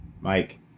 Mike